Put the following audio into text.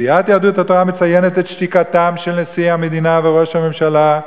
סיעת יהדות התורה מציינת של שתיקתם של נשיא המדינה וראש הממשלה,